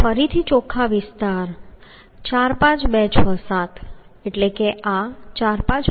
ફરીથી ચોખ્ખો વિસ્તાર 4 5 2 6 7 એટલે કે આ 4 5 2 6 7 હશે